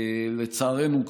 לצערנו,